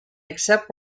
except